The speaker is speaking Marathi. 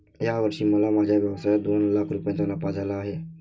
या वर्षी मला माझ्या व्यवसायात दोन लाख रुपयांचा नफा झाला आहे